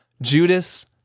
Judas